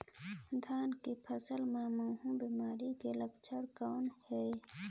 धान के फसल मे महू बिमारी के लक्षण कौन हे?